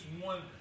one